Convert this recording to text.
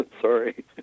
Sorry